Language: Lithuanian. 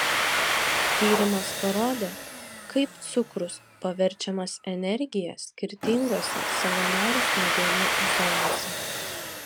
tyrimas parodė kaip cukrus paverčiamas energija skirtingose savanorių smegenų zonose